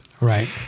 Right